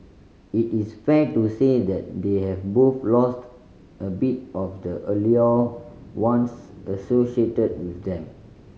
it is fair to say that they have both lost a bit of the allure once associated with them